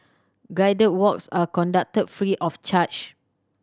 guided walks are conducted free of charge